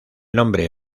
nombre